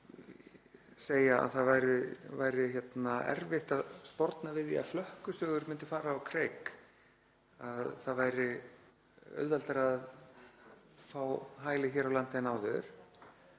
að segja að það væri erfitt að sporna við því að flökkusögur færu á kreik um að það væri auðveldara að fá hæli hér á landi en áður